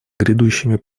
грядущими